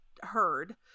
heard